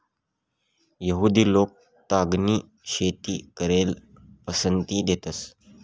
यहुदि लोक तागनी शेती कराले पसंती देतंस